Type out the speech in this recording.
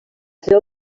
seva